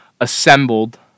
assembled